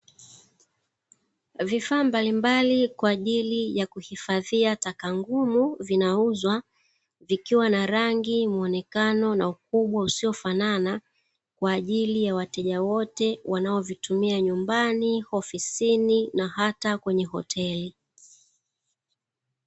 Vifaa mbalimbali kwa ajili ya kuhifadhia taka ngumu vinauzwa Vikiwa na rangi muonekano na ukubwa, usiofanana kwa ajili ya wateja wote wanaovitumia nyumbani ofisini na hata kwenye hoteli.